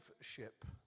ship